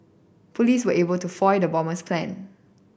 police were able to foil the bomber's plan